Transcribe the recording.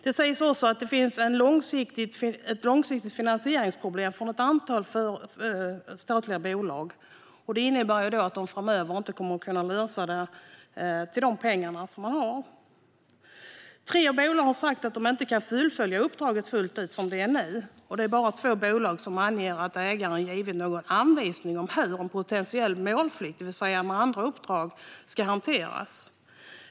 Det sägs också att det finns ett långsiktigt finansieringsproblem för ett antal statliga bolag. Det innebär att de framöver inte kommer att kunna lösa det med de pengar de har. Tre bolag har sagt att de inte kan fullfölja uppdraget fullt ut som det är nu, och det är bara två bolag som angett att ägaren givit någon anvisning om hur en potentiell målkonflikt med andra uppdrag ska hanteras.